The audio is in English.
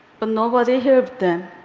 but nobody helped them,